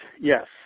yes